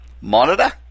monitor